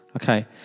Okay